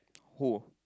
who